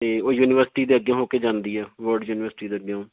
ਅਤੇ ਉਹ ਯੂਨੀਵਰਸਿਟੀ ਦੇ ਅੱਗਿਓਂ ਹੋ ਕੇ ਜਾਂਦੀ ਆ ਯੂਨੀਵਰਸਿਟੀ ਦੇ ਅੱਗਿਓ